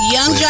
Young